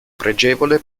pregevole